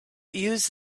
use